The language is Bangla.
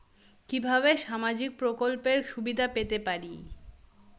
কিভাবে সামাজিক প্রকল্পের সুবিধা পেতে পারি?